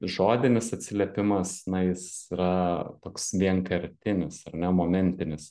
žodinis atsiliepimas na jis yra toks vienkartinis ar ne momentinis